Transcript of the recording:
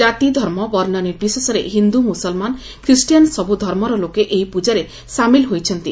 ଜାତି ଧର୍ମ ବର୍ଷ୍ ନିର୍ବିଶେଷରେ ହିନ୍ଦୁ ମୁସଲିମ ଖ୍ରୀଷ୍ଟୀଆନ ସବୁ ଧର୍ମର ଲୋକେ ଏହି ପୂଜାରେ ସାମିଲ ହୋଇଛନ୍ତି